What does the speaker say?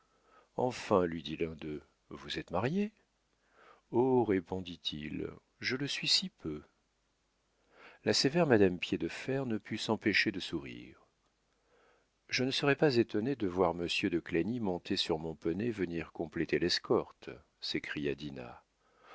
enfin lui dit l'un d'eux vous êtes marié oh répondit-il je le suis si peu la sévère madame piédefer ne put s'empêcher de sourire je ne serais pas étonnée de voir monsieur de clagny monté sur mon poney venir compléter l'escorte s'écria dinah